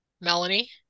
melanie